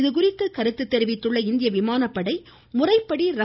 இது குறித்து தெரிவித்துள்ள இந்திய விமானப்படை முறைப்படி ர